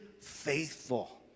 faithful